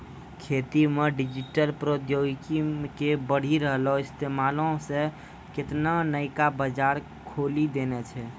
खेती मे डिजिटल प्रौद्योगिकी के बढ़ि रहलो इस्तेमालो से केतना नयका बजार खोलि देने छै